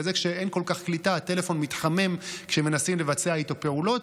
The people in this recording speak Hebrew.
בגלל זה כשאין כל כך קליטה הטלפון מתחמם כשמנסים לבצע איתו פעולות,